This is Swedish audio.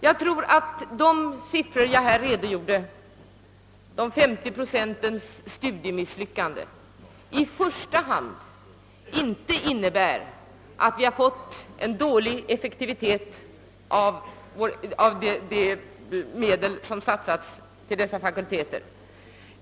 De uppgifter som jag anförde om misslyckade studier för femtio procent av eleverna innebär inte i första hand tecken på dålig effektivitet beträffande de medel som satsats på dessa fakulteter.